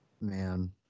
Man